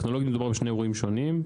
מדובר בשתי טכנולוגיות שונות.